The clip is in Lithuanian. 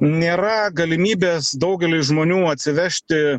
nėra galimybės daugeliui žmonių atsivežti